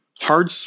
hard